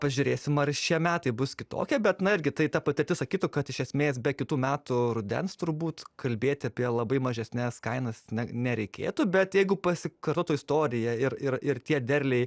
pažiūrėsim ar šie metai bus kitokie bet na irgi tai ta patirtis sakytų kad iš esmės be kitų metų rudens turbūt kalbėti apie labai mažesnes kainas nereikėtų bet jeigu pasikartotų istorija ir ir ir tie derliai